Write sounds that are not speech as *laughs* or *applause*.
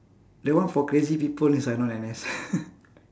that one for crazy people they sign on N_S *laughs*